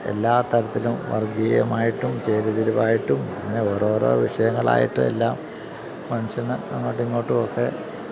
എല്ലാ തരത്തിലും വർഗ്ഗീയമായിട്ടും ചേരിതിരിവായിട്ടും അങ്ങനെ ഓരോരോ വിഷയങ്ങളായിട്ടും എല്ലാം മനുഷ്യന് അങ്ങോട്ടുമിങ്ങോട്ടുമൊക്കെ